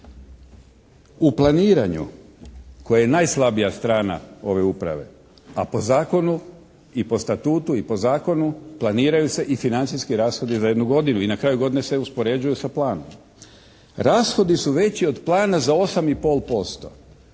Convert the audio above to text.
U planiranju koje je najslabija strana ove uprave, a po zakonu, i po statutu i po zakonu planiraju se i financijski rashodi za jednu godinu i na kraju godine se uspoređuju sa planom. Rashodi su veći od plana za 8